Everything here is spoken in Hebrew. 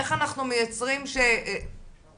איך אנחנו מייצרים מצב